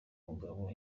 mugabo